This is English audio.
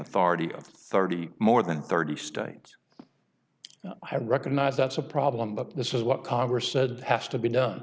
authority of thirty more than thirty states i recognize that's a problem but this is what congress said has to be done